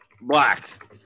black